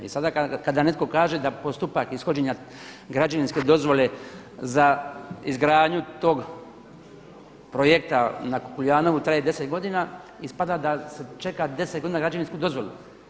I sada netko kaže da postupak ishođenja građevinske dozvole za izgradnju tog projekta na Kukuljanovu traje 10 godina ispada da se čeka 10 godina građevinsku dozvolu.